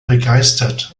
begeistert